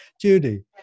judy